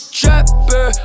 trapper